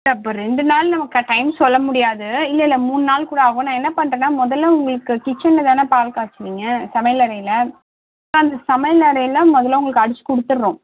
அப்போ ரெண்டு நாள் நம்ம டைம் சொல்ல முடியாது இல்லை இல்லை மூணு நாள் கூட ஆகும் நான் என்ன பண்ணுறேன்னா முதல்ல உங்களுக்கு கிச்செனில் தானே பால் காய்ச்சுவிங்க சமையல் அறையில் அப்போ அந்த சமையல் அறையில் முதல்ல உங்களுக்கு அடித்து கொடுத்தர்றோம்